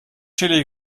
chili